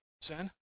sin